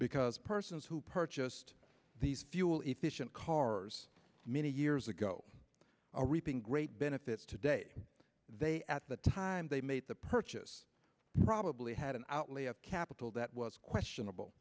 because persons who purchased these fuel efficient cars many years ago are reaping great benefits today they at the time they made the purchase probably had an outlay of capital that was questionable